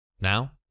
Now